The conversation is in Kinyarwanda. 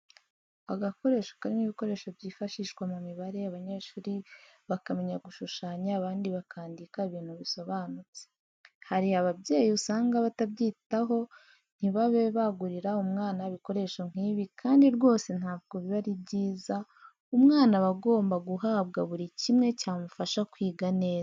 Agakoresho karimo ibikoresho by'ifashishwa mu mibare abanyeshuri bakamenya gushushanya, abandi bakandika ibintu bisobanutse. Hari ababyeyi usanga batabyitaho ntibabe bagurira umwana ibikoresho nk'ibi kandi rwose ntabwo biba ari byiza, umwana aba agomba guhabwa buri kimwe cyamufasha kwiga neza.